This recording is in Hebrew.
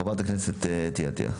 חברת הכנסת אתי עטייה.